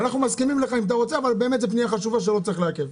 אנחנו מסכימים לך אם אתה רוצה אבל באמת זאת פנייה חשובה שלא צריך לעכב.